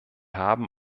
haben